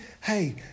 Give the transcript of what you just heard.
Hey